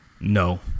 No